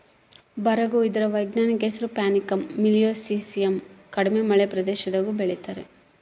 ಬರುಗು ಇದರ ವೈಜ್ಞಾನಿಕ ಹೆಸರು ಪ್ಯಾನಿಕಮ್ ಮಿಲಿಯೇಸಿಯಮ್ ಕಡಿಮೆ ಮಳೆ ಪ್ರದೇಶದಾಗೂ ಬೆಳೀತಾರ